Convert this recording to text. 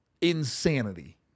insanity